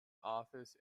office